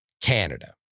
Canada